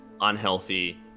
unhealthy